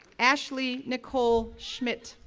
ashley nicole schmidt,